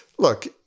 Look